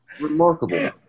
Remarkable